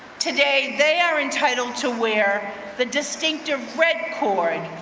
today, they are entitled to wear the distinctive red cord,